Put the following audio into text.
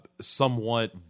somewhat